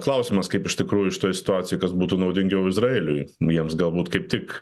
klausimas kaip iš tikrųjų šitoj situacijoj kas būtų naudingiau izraeliui jiems galbūt kaip tik